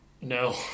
No